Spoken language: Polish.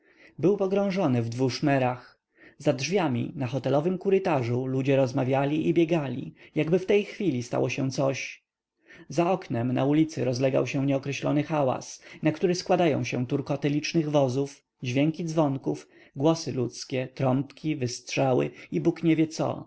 był pogrążony w dwu szmerach za drzwiami na hotelowym kurytarzu ludzie rozmawiali i biegali jakby w tej chwili stało się coś za oknem na ulicy rozlegał się nieokreślony hałas na który składają się turkoty licznych wozów dźwięki dzwonów głosy ludzkie trąbki wystrzały i bóg nie wie co